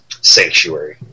sanctuary